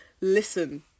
listen